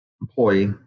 employee